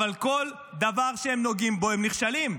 אבל כל דבר שהם נוגעים בו, הם נכשלים.